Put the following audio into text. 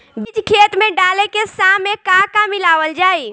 बीज खेत मे डाले के सामय का का मिलावल जाई?